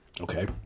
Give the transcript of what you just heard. Okay